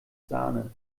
sahne